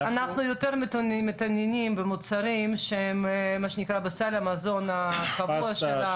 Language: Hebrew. אנחנו יותר מתעניינים במוצרים שהם מה שנקרא בסל המזון הקבוע שלנו.